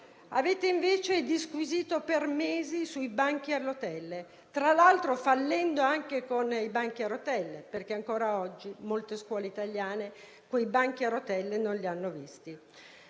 Invece avete disquisito per mesi sui banchi a rotelle, tra l'altro fallendo anche in questo, perché ancora oggi molte scuole italiane quei banchi a rotelle non li hanno visti.